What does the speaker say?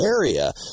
area